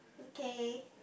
okay